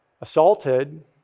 assaulted